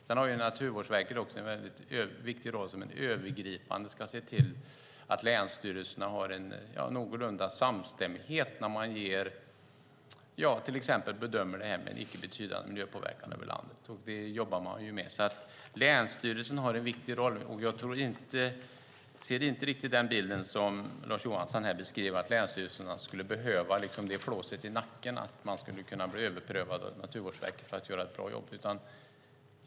Sedan har Naturvårdsverket också en viktig roll i att övergripande se till att länsstyrelserna har en någorlunda samstämmighet när man till exempel bedömer det här med en icke betydande miljöpåverkan över landet, och det jobbar man ju med. Länsstyrelsen har en viktig roll, och jag ser inte riktigt den bilden som Lars Johansson beskriver här att länsstyrelserna skulle behöva det flåset i nacken att de kan bli överprövade av Naturvårdsverket för att göra ett bra jobb.